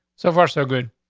so far, so good.